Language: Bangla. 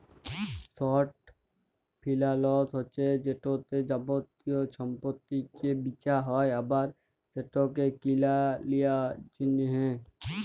শর্ট ফিলালস হছে যেটতে যাবতীয় সম্পত্তিকে বিঁচা হ্যয় আবার সেটকে কিলে লিঁয়ার জ্যনহে